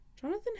Jonathan